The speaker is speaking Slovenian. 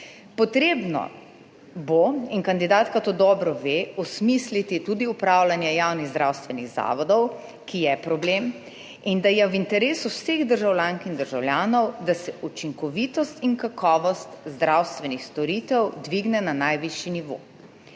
Potrebno bo, in kandidatka to dobro ve, osmisliti tudi upravljanje javnih zdravstvenih zavodov, ki je problem in da je v interesu vseh državljank in državljanov, da se učinkovitost in kakovost zdravstvenih storitev dvigne na najvišji nivo.